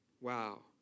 Wow